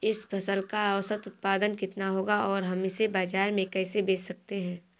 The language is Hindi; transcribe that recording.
इस फसल का औसत उत्पादन कितना होगा और हम इसे बाजार में कैसे बेच सकते हैं?